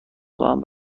خواهم